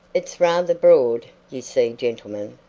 it's rather broad, you see, gentlemen,